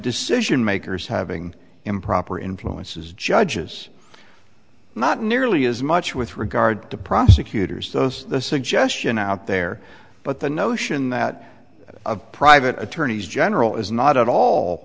decision makers having improper influences judges not nearly as much with regard to prosecutors those the suggestion out there but the notion that of private attorneys general is not at all